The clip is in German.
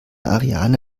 ariane